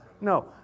No